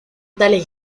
tales